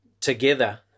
together